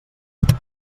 faula